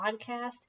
podcast